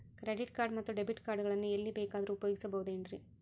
Credit card ಮತ್ತು debit card ಗಳನ್ನು ಎಲ್ಲಿ ಬೇಕಾದ್ರು ಉಪಯೋಗಿಸಬಹುದೇನ್ರಿ?